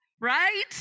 right